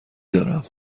دارم